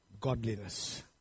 godliness